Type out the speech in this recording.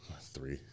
three